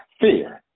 fear